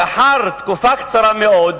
לאחר תקופה קצרה מאוד,